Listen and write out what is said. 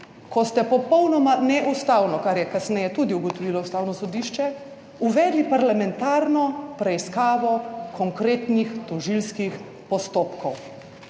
ko ste popolnoma neustavno, kar je kasneje tudi ugotovilo Ustavno sodišče, uvedli parlamentarno preiskavo konkretnih tožilskih postopkov.